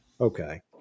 Okay